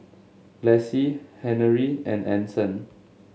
Laci Henery and Anson